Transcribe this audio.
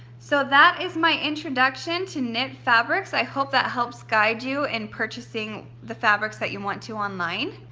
so that is my introduction to knit fabrics. i hope that helps guide you in purchasing the fabrics that you want to, online.